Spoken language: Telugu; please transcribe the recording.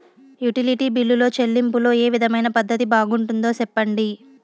యుటిలిటీ బిల్లులో చెల్లింపులో ఏ విధమైన పద్దతి బాగుంటుందో సెప్పండి?